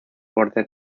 borde